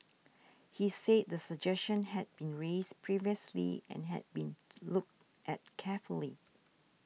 he said the suggestion had been raised previously and had been looked at carefully